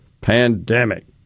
pandemic